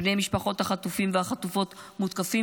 בני משפחות החטופים והחטופות מותקפים